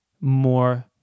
more